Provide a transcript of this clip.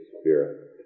spirit